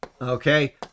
Okay